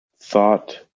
Thought